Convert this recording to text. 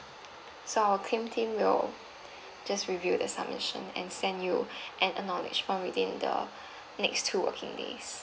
so our claim team will just review the submission and send you an acknowledgement within the next two working days